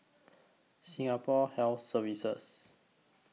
Singapore Health Services